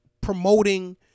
promoting